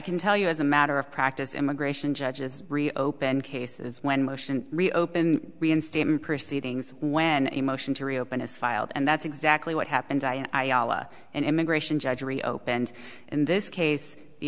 can tell you as a matter of practice immigration judges reopen cases when motion reopen reinstatement proceedings when a motion to reopen is filed and that's exactly what happened and immigration judge reopened in this case the